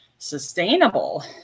sustainable